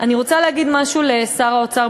אני רוצה להגיד משהו לשר האוצר,